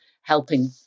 helping